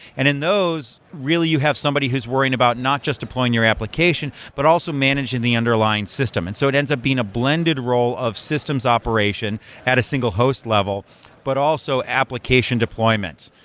and in those, really, you have somebody who's worrying about not just deploying your application, but also managing the underlying system, and so it ends up being a blended role of systems operation at a single host level but also application deployments.